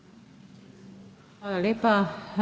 Hvala lepa.